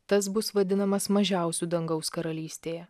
tas bus vadinamas mažiausiu dangaus karalystėje